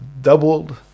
doubled